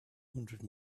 hundred